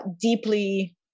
deeply